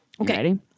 Okay